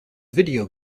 video